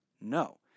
no